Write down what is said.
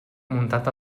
muntat